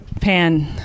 pan